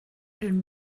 den